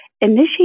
initiate